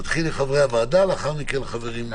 נתחיל עם חברי הוועדה ונמשיך עם חברים אחרים.